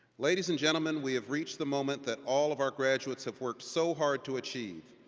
ladies and gentlemen, we have reached the moment that all of our graduates have worked so hard to achieve.